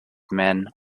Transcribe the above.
men